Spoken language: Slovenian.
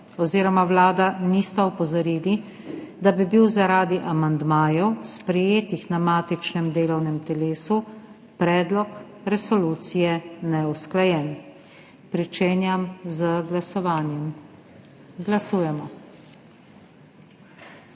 oziroma Vlada nista opozorili, da bi bil zaradi amandmajev, sprejetih na matičnem delovnem telesu, predlog resolucije neusklajen. Pričenjam z glasovanjem. Glasujemo.